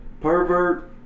pervert